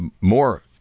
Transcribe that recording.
more